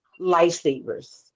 lifesavers